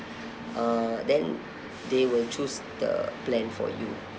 uh then they will choose the plan for you